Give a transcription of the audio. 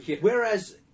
Whereas